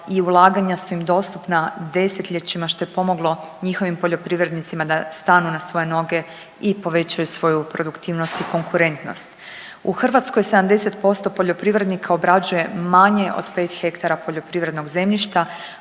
i ulaganja su im dostupna desetljećima, što je pomoglo njihovim poljoprivrednicima da stanu na svoje noge i povećaju svoju produktivnost i konkurentnost. U Hrvatskoj 70% poljoprivrednika obrađuje manje od 5 hektara poljoprivrednog zemljišta,